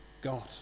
God